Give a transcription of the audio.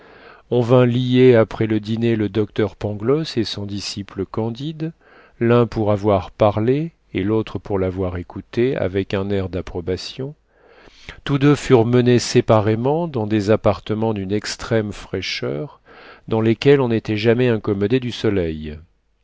on vint lier après le dîner le docteur pangloss et son disciple candide l'un pour avoir parlé et l'autre pour l'avoir écouté avec un air d'approbation tous deux furent menés séparément dans des appartements d'une extrême fraîcheur dans lesquels on n'était jamais incommodé du soleil